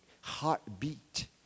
Heartbeat